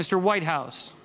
mr white house